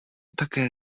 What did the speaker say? také